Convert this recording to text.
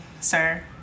sir